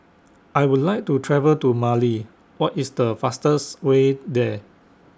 I Would like to travel to Mali What IS The fastest Way There